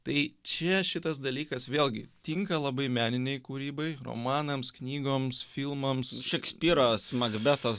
tai čia šitas dalykas vėlgi tinka labai meninei kūrybai romanams knygoms filmams šekspyras makbetas